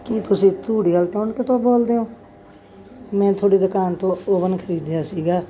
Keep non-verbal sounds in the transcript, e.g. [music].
ਕੀ ਤੁਸੀਂ ਧੂੜੀਆਲ [unintelligible] ਤੋਂ ਬੋਲਦੇ ਹੋ ਮੈਂ ਤੁਹਾਡੀ ਦੁਕਾਨ ਤੋਂ ਓਵਨ ਖਰੀਦਿਆ ਸੀਗਾ